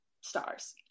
stars